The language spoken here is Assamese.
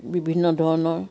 বিভিন্ন ধৰণৰ